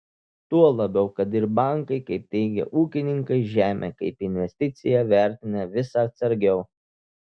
tuo labiau kad ir bankai kaip teigia ūkininkai žemę kaip investiciją vertina vis atsargiau